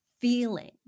feeling